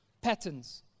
patterns